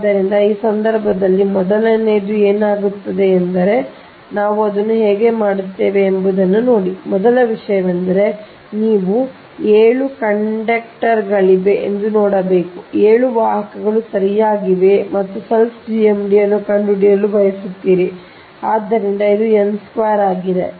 ಆದ್ದರಿಂದ ಆ ಸಂದರ್ಭದಲ್ಲಿ ಮೊದಲನೆಯದು ಏನಾಗುತ್ತದೆ ಎಂದರೆ ನಾವು ಅದನ್ನು ಹೇಗೆ ಮಾಡುತ್ತೇವೆ ಎಂಬುದನ್ನು ನೋಡಿ ಮೊದಲ ವಿಷಯವೆಂದರೆ ನೀವು 7 ಕಂಡಕ್ಟರ್ಗಳಿವೆ ಎಂದು ನೀವು ನೋಡಬೇಕು 7 ವಾಹಕಗಳು ಸರಿಯಾಗಿವೆ ಮತ್ತು ನೀವು selfಸೆಲ್ಫ್ GMD ಅನ್ನು ಕಂಡುಹಿಡಿಯಲು ಬಯಸುತ್ತೀರಿ ಅಂದರೆ ಇದು n2 ಆಗಿದೆ